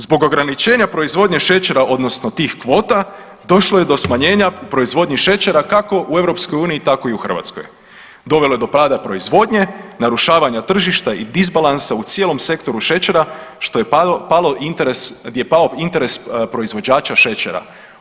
Zbog ograničenja proizvodnje šećera odnosno tih kvota došlo je do smanjenja u proizvodnji šećera kako u EU tako i u Hrvatskoj, dovelo je do pada proizvodnje, narušavanja tržišta i disbalansa u cijelom sektoru šećera gdje je pao interes proizvođača šećera.